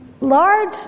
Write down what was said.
large